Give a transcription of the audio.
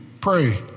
pray